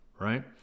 right